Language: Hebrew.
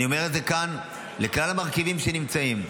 אני אומר את זה לכלל המרכיבים שנמצאים כאן,